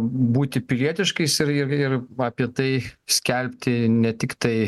būti pilietiškais ir ir ir apie tai skelbti ne tiktai